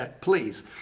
please